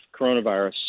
coronavirus